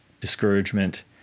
discouragement